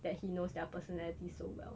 that he knows their personality so well